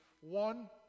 one